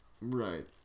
Right